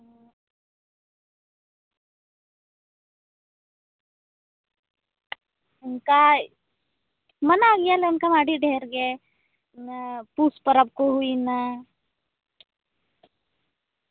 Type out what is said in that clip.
ᱚᱝᱠᱟ ᱢᱟᱱᱟᱣ ᱜᱮᱭᱟᱞᱮ ᱚᱝᱠᱟ ᱦᱚᱸ ᱟᱹᱰᱤ ᱰᱷᱮᱨ ᱜᱮ ᱚᱱᱮ ᱯᱩᱥ ᱯᱟᱨᱟᱵᱽ ᱠᱚ ᱦᱩᱭᱱᱟ